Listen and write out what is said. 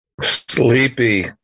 Sleepy